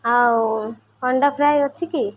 ଆଉ ଅଣ୍ଡା ଫ୍ରାଏ ଅଛି କି